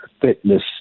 fitness